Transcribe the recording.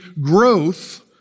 growth